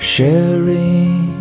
Sharing